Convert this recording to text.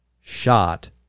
shot